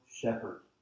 shepherd